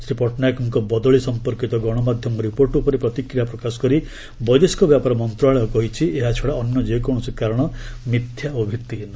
ଶ୍ରୀ ପଟ୍ଟନାୟକଙ୍କ ବଦଳି ସଂପର୍କିତ ଗଣମାଧ୍ୟମ ରିପୋର୍ଟ ଉପରେ ପ୍ରତିକ୍ରିୟା ପ୍ରକାଶ କରି ବୈଦେଶିକ ବ୍ୟାପାର ମନ୍ତ୍ରଣାଳୟ କହିଛି ଏହାଛଡ଼ା ଅନ୍ୟ ଯେକୌଣସି କାରଣ ମିଥ୍ୟା ଓ ଭିତ୍ତିହୀନ